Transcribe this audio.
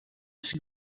just